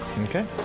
Okay